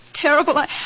terrible